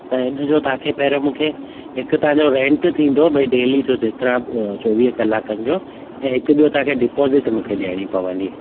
त हिनजो तव्हांखे पहरियों मूंखे हिक तव्हांजो रेंट थींदो भई डेली जो जेतिरा चोवीह कलाकनि जो ऐं हिक ॿियो तव्हांखे डिपोज़िट मूंखे ॾियणी पवंदी